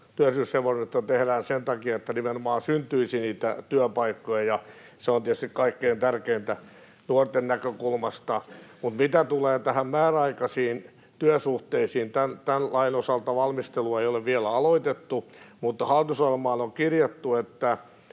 työllisyysreformit tehdään sen takia, että nimenomaan syntyisi niitä työpaikkoja, ja se on tietysti kaikkein tärkeintä nuorten näkökulmasta. Mitä tulee näihin määräaikaisiin työsuhteisiin, niin tämän lain osalta valmistelua ei ole vielä aloitettu, mutta hallitusohjelmaan on kirjattu, että